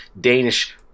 Danish